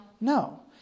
No